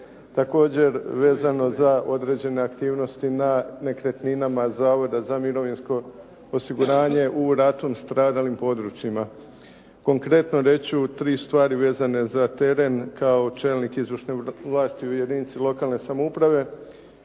Također vezano za određene aktivnosti na nekretninama Zavoda za mirovinsko osiguranje u ratom stradalim područjima. Konkretno reći ću tri stvari vezane za teren kao čelnik izvršne vlasti u jedinici lokalne samouprave,